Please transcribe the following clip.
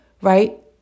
right